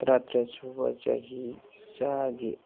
ꯇꯔꯥꯇꯔꯦꯠ ꯁꯨꯕ ꯆꯍꯤ ꯆꯥꯒꯤ